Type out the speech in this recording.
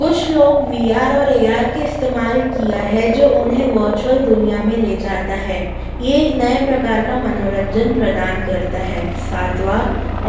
कुछ लोग V R और ए आर के इस्तेमाल किया है जो उन्हें वर्चुअल दुनिया में ले जाता है यह एक नए प्रकार का मनोरंजन प्रदान करता है सातवाँ